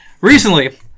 Recently